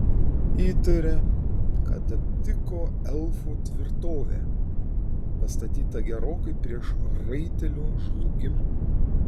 įtarė kad aptiko elfų tvirtovę pastatytą gerokai prieš raitelių žlugimą